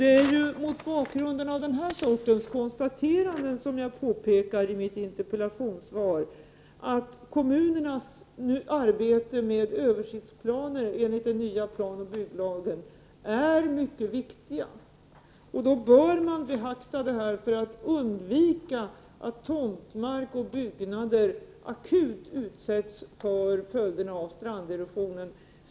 Det är mot bakgrunden av denna sorts konstateranden som jag påpekar i mitt interpellationssvar att kommunernas pågående arbete med översiktsplaner enligt den nya planoch bygglagen är mycket viktigt. Då bör man beakta dessa förhållanden för att undvika att tomtmark och byggnader akut utsätts för följderna av stranderosionen.